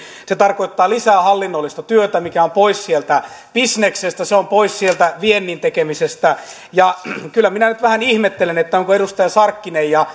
se tarkoittaa lisää hallinnollista työtä mikä on pois bisneksestä se on pois sieltä viennin tekemisestä kyllä minä nyt vähän ihmettelen ovatko edustaja sarkkinen ja